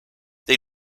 they